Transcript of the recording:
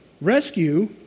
rescue